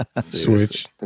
Switch